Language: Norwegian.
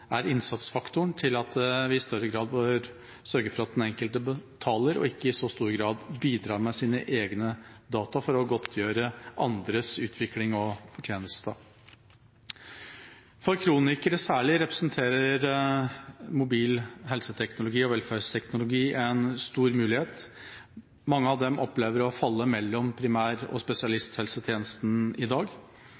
er innsatsfaktoren, til at vi i større grad bør sørge for at den enkelte betaler og ikke i så stor grad bidrar med sine egne data for å godtgjøre andres utvikling og fortjeneste. For særlig kronikere representerer mobil helseteknologi og velferdsteknologi en stor mulighet. Mange av dem opplever å falle mellom primær- og